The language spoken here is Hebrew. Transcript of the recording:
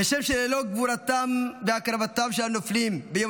כשם שללא גבורתם והקרבתם של הנופלים ביום